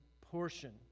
portion